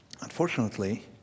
Unfortunately